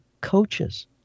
coaches